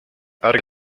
ärge